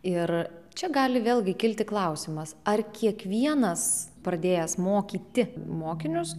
ir čia gali vėlgi kilti klausimas ar kiekvienas pradėjęs mokyti mokinius